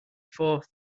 fourth